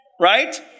Right